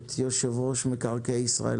יושב-ראש מקרקעי ישראל,